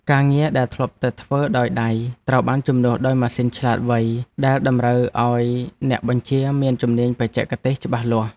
ការងារដែលធ្លាប់តែធ្វើដោយដៃត្រូវបានជំនួសដោយម៉ាស៊ីនឆ្លាតវៃដែលតម្រូវឱ្យមានអ្នកបញ្ជាមានជំនាញបច្ចេកទេសច្បាស់លាស់។